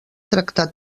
tractar